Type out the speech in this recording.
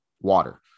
water